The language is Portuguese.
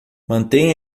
mantenha